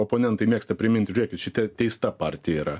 oponentai mėgsta priminti žiūrėkit šitie teista partija yra